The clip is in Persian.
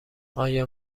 آیا